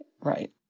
Right